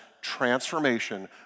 transformation